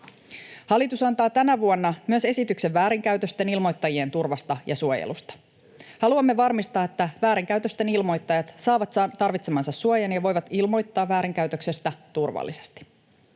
Hallitus antaa tänä vuonna myös esityksen väärinkäytösten ilmoittajien turvasta ja suojelusta. Haluamme varmistaa, että väärinkäytösten ilmoittajat saavat tarvitsemansa suojan ja voivat ilmoittaa väärinkäytöksestä turvallisesti.